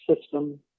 system